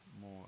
more